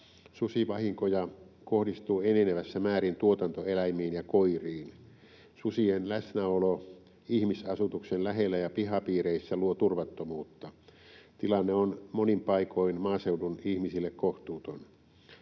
Susivahinkoja kohdistuu enenevässä määrin tuotantoeläimiin ja koiriin. Susien läsnäolo ihmisasutuksen lähellä ja pihapiireissä luo turvattomuutta. Tilanne on monin paikoin maaseudun ihmisille kohtuuton.